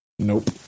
Nope